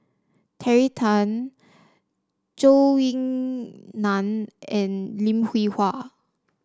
Terry Tan Zhou Ying Nan and Lim Hwee Hua